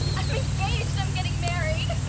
i'm engaged! i'm getting married!